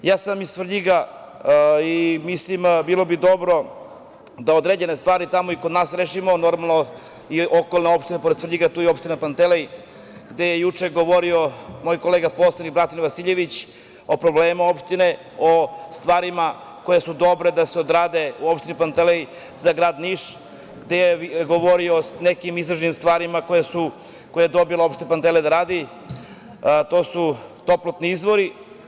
Ja sam iz Svrljiga, mislim da bi bilo dobro da određene stvari i tamo kod nas rešimo, normalno i okolne opštine pored Svrljiga, tu je i opština Pantelej, gde je juče govorio moj kolega poslanik, Bratimir Vasiljević, o problemima opštine, o stvarima koje su dobre da se odrade u opštini Pantelej za grad Niš, gde je govorio o nekim istražnim stvarima koje je dobila opština Pantelej da radi, to su toplotni izvori.